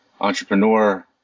entrepreneur